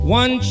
one